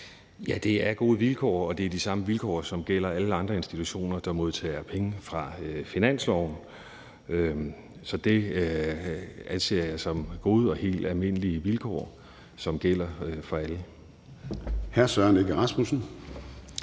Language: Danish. Ja, det er gode vilkår, og det er de samme vilkår, som gælder i alle andre institutioner, der modtager penge fra finansloven. Så det anser jeg for at være gode og helt almindelige vilkår, som gælder for alle.